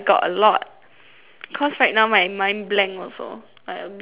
cause right now my mind blank also I a bit